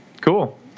Cool